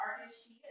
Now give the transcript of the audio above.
artist